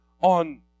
on